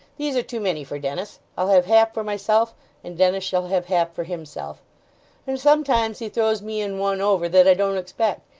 these are too many for dennis. i'll have half for myself and dennis shall have half for himself and sometimes he throws me in one over that i don't expect,